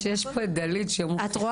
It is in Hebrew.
מזל שיש פה את מנהלת הוועדה.